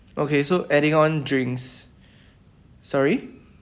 okay so adding on drinks sorry